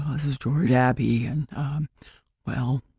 this is george abbey, and well,